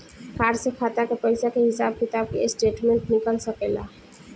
Card से खाता के पइसा के हिसाब किताब के स्टेटमेंट निकल सकेलऽ?